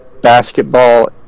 basketball